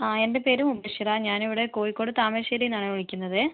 ആ എൻ്റെ പേര് ഉഡിഷിറ ഞാൻ ഇവിടെ കോഴിക്കോട് താമരശ്ശേരീന്നാണേ വിളിക്കുന്നത്